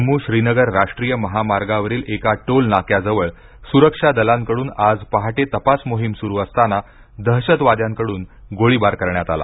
जम्मू श्रीनगर राष्ट्रीय महामार्गावरील एका टोल नाक्याजवळ सुरक्षा दलांकडून आज पहाटे तपास मोहीम सुरू असताना दहशतवाद्यांकडून गोळीबार करण्यात आला